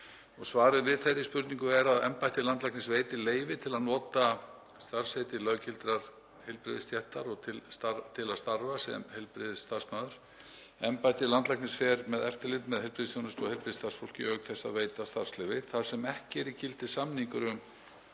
Svarið við þeirri spurningu er að embætti landlæknis veitir leyfi til að nota starfsheiti löggiltra heilbrigðisstétta og til að starfa sem heilbrigðisstarfsmaður. Embætti landlæknis fer með eftirlit með heilbrigðisþjónustu og heilbrigðisstarfsfólki auk þess að veita starfsleyfi. Þar sem ekki er í gildi samningur um